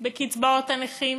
בקצבאות הנכים?